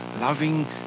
loving